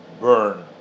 burn